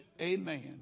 Amen